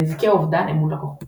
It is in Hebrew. נזקי אובדן אמון לקוחות